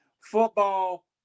football